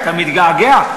אתה מתגעגע?